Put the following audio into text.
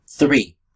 Three